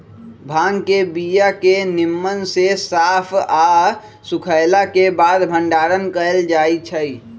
भांग के बीया के निम्मन से साफ आऽ सुखएला के बाद भंडारण कएल जाइ छइ